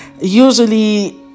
usually